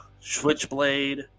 Switchblade